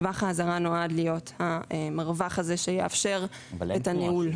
טווח האזהרה נועד להיות המרווח הזה שיאפשר את הניהול.